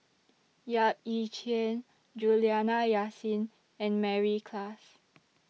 Yap Ee Chian Juliana Yasin and Mary Klass